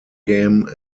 game